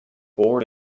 born